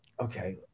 okay